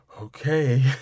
okay